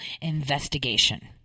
investigation